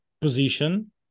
position